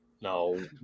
No